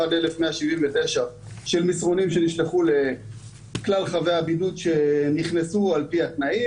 51,179 של מסרונים שנשלחו לכלל חבי הבידוד שנכנסו על פי התנאים,